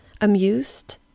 Amused